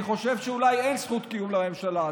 אני חושב שאולי אין זכות קיום לממשלה הזו.